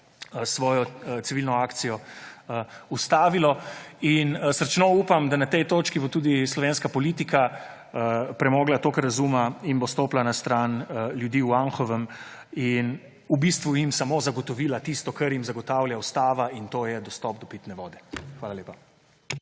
svojo civilno akcijo ustavili. Srčno upam, da bo na tej točki tudi slovenska politika premogla toliko razuma in bo stopila na stran ljudi v Anhovem in jim v bistvu samo zagotovila tisto, kar jim zagotavlja ustava, in to je dostop do pitne vode. Hvala lepa.